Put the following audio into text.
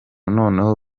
noneho